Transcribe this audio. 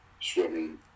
swimming